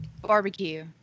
Barbecue